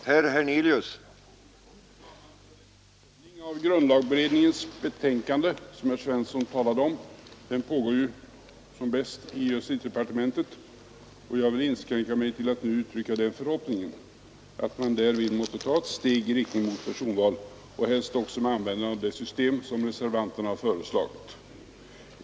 Onsdagen den Herr talman! Den prövning av brivillagbbredningdna betänkande som 22 november 1972 herr Svensson i Eskilstuna talade om pågår som bäst juntitiedoparthyven tet, och jag vill inskränka mig till att nu uttala den förhoppningen att Valkretsindelningen man därvid måtte ta ett steg i riktning mot personval — helst också med till riksdagen användning av det system som reservanterna har föreslagit.